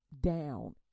down